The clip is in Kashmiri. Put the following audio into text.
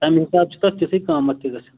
تَمہِ حِسابہٕ چھُ تَتھ تیُتھٕے قۭمَتھ تہِ گَژھان